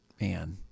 Man